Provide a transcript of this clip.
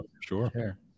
sure